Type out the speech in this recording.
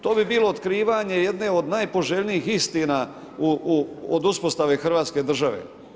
To bi bilo otkrivanje jedne od najpoželjnijih istina od uspostave Hrvatske države.